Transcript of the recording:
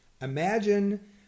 imagine